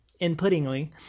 inputtingly